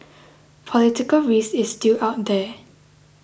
political risk is still out there